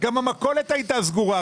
גם המכולת הייתה סגורה.